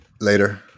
Later